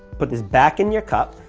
put this back in your cup,